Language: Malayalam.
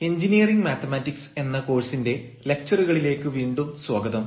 എഞ്ചിനീയറിംഗ് മാത്തമാറ്റിക്സ് എന്ന കോഴ്സിന്റെ ലക്ച്ചറുകളിലേക്ക് വീണ്ടും സ്വാഗതം